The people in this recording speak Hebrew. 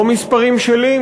לא מספרים שלי,